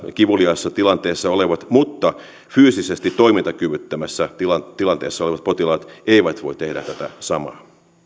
kivuliaassa tilanteessa olevat mutta fyysisesti toimintakyvyttömässä tilanteessa olevat potilaat eivät voi tehdä tätä samaa